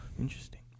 Interesting